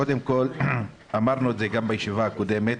קודם כל אמרנו את זה גם בישיבה הקודמת